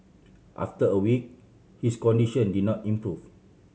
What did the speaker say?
after a week his condition did not improve